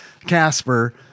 Casper